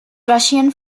russian